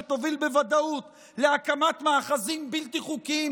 שתוביל בוודאות להקמת מאחזים בלתי חוקיים